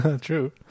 True